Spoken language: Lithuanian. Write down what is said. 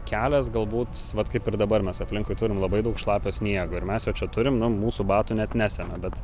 kelias galbūt vat kaip ir dabar mes aplinkui turim labai daug šlapio sniego ir mes čia turim nu mūsų batų net nesemia bet